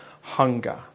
hunger